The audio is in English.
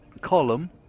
column